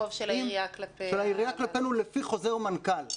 חוב של העירייה כלפי --- של העירייה כלפינו לפי חוזר מנכ"ל,